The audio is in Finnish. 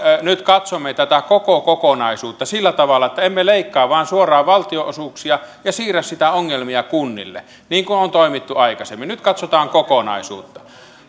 nyt katsomme tätä koko kokonaisuutta sillä tavalla että emme leikkaa vain suoraan valtionosuuksia ja siirrä niitä ongelmia kunnille niin kuin on toimittu aikaisemmin nyt katsotaan kokonaisuutta